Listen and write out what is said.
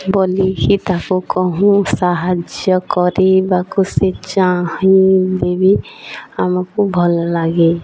ବୋଲିକି ତାକୁ କହୁଁ ସାହାଯ୍ୟ କରିବାକୁ ଚାହିଁବି ଆମକୁ ଭଲ ଲାଗେ